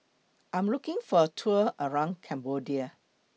I Am looking For A Tour around Cambodia